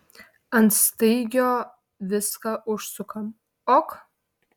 ant staigio viską užsukam ok